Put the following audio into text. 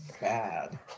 bad